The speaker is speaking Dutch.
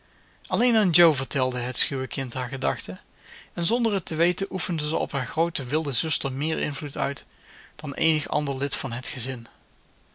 alleen aan jo vertelde het schuwe kind haar gedachten en zonder het te weten oefende ze op haar groote wilde zuster meer invloed uit dan eenig ander lid van het gezin